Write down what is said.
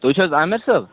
تُہۍ چھِو حظ عامِر صٲب